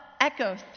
echoes